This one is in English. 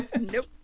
Nope